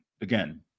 again